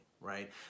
right